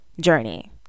journey